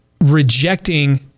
rejecting